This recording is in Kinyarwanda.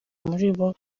muribo